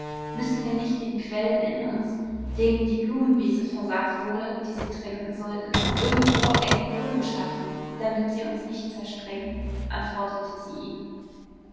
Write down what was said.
müssen wir nicht den quellen in uns denen die blumenwiese versagt wurde die sie tränken sollten irgendwo einen brunnen schaffen damit sie uns nicht zersprengen antwortete sie ihm